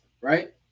right